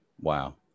Wow